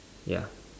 ya